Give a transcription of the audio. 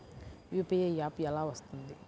UPI app ఎలా వస్తుంది?